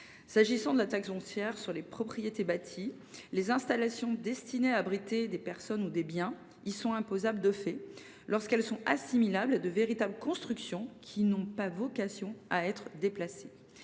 S’agissant de la taxe foncière sur les propriétés bâties (TFPB), les installations destinées à abriter des personnes ou des biens y sont imposables de fait lorsqu’elles sont assimilables à de véritables constructions qui n’ont pas vocation à être déplacées.